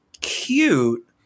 cute